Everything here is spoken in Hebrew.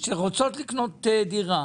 שרוצים לקנות דירה